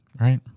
Right